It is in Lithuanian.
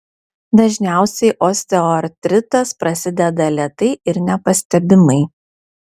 dažniausiai osteoartritas prasideda lėtai ir nepastebimai